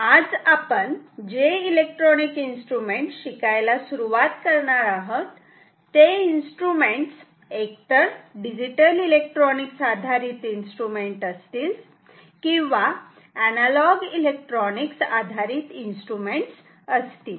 आज आपण जे इलेक्ट्रॉनिक इन्स्ट्रुमेंट शिकायला सुरुवात करणार आहोत ते इन्स्ट्रुमेंट्स एकतर डिजिटल इलेक्ट्रॉनिक्स आधारित इन्स्ट्रुमेंट्स असतील किंवा अनालोग इलेक्ट्रॉनिक्स आधारित इन्स्ट्रुमेंट्स असतील